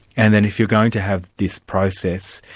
and then if you're going to have this process,